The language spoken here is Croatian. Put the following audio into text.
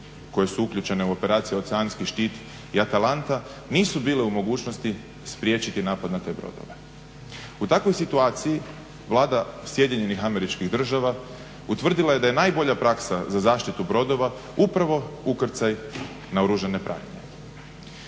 koje su uključene u operacije Oceanski štit i Atalanta nisu bile u mogućnosti spriječiti napad na te brodove. U takvoj situaciji Vlada SAD-a utvrdila je da je najbolja praksa za zaštitu brodova upravo ukrcaj naoružane pratnje.